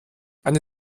eine